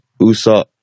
Usa